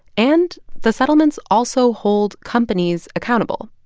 and the settlements also hold companies accountable.